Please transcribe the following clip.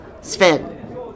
Sven